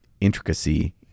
intricacy